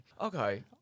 okay